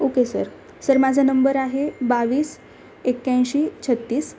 okay sir sir माझा number आहे बावीस एक्याऐंशी छत्तीस